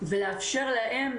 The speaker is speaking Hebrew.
ולאפשר להם,